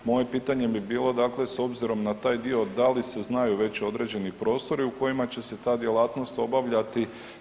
Moje pitanje bi bilo, dakle s obzirom na taj dio da li se znaju već određeni prostori u kojima će se ta djelatnost obavljati.